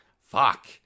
Fuck